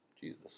Jesus